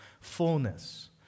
fullness